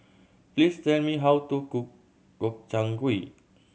please tell me how to cook Gobchang Gui